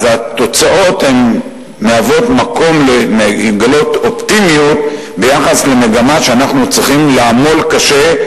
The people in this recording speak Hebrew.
התוצאות מגלות אופטימיות ביחס למגמה שאנחנו צריכים לעמול קשה,